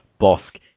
Bosk